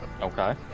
Okay